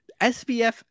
SBF